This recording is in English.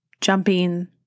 jumping